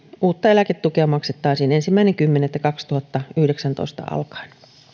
uutta eläketukea maksettaisiin ensimmäinen kymmenettä kaksituhattayhdeksäntoista alkaen